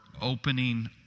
opening